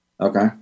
Okay